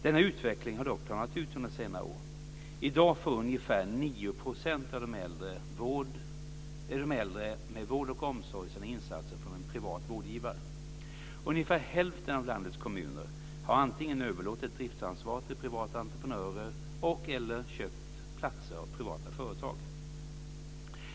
Denna utveckling har dock planat ut under senare år. I dag får ungefär 9 % av de äldre med vård och omsorg sina insatser från en privat vårdgivare. Ungefär hälften av landets kommuner har antingen överlåtit driftsansvar till privata entreprenörer eller köpt platser av privata företag.